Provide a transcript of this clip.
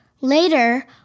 Later